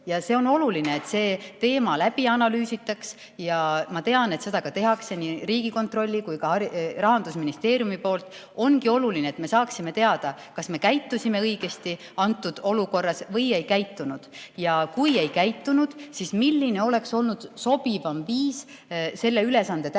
ja on oluline, et see teema läbi analüüsitakse. Ja ma tean, et seda ka tehakse nii Riigikontrollis kui ka Rahandusministeeriumis. Ongi oluline, et me saaksime teada, kas me käitusime õigesti antud olukorras või ei käitunud. Kui ei käitunud, siis milline oleks olnud sobivam viis selle ülesande täitmiseks,